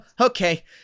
okay